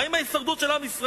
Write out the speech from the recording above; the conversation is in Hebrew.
מה עם ההישרדות של עם ישראל?